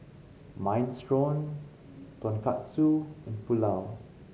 Minestrone Tonkatsu and Pulao